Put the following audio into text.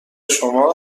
شما